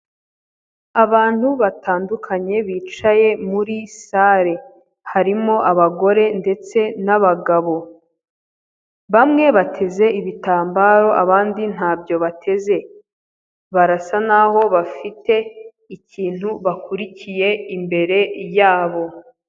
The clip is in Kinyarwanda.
Abantu batandukanye bicaye muri sare harimo abagore ndetse n'abagabo bamwe bateze ibitambaro abandi ntabyo bateze barasa n'aho bafite ikintu bakurikiye imbere yabo.